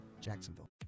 Jacksonville